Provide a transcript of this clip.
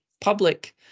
public